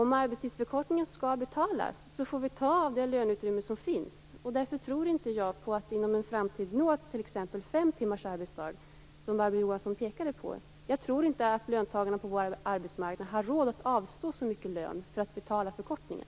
Om arbetstidsförkortningen skall betalas får vi ta av det löneutrymme som finns. Därför tror inte jag att vi inom en så snar framtid kan förkorta arbetstiden med t.ex. fem timmar, som Barbro Johansson pekade på. Jag tror inte att löntagarna på vår arbetsmarknad har råd att avstå så mycket lön för att betala förkortningen.